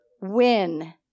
Win